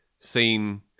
Seen